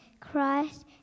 Christ